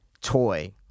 toy